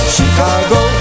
Chicago